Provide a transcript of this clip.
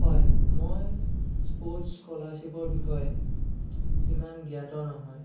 হয় মই স্পৰ্টছ স্কলাৰশ্বিপৰ বিষয়ে ইমান জ্ঞাত নহয়